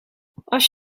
als